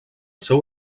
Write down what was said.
seu